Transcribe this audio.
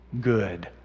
good